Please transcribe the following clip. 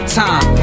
time